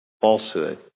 falsehood